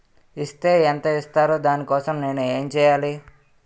Is తే ఎంత ఇస్తారు దాని కోసం నేను ఎంచ్యేయాలి?